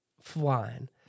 flying